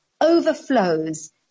Overflows